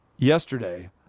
yesterday